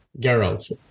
Geralt